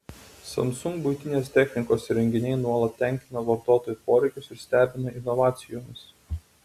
samsung buitinės technikos įrenginiai nuolat tenkina vartotojų poreikius ir stebina inovacijomis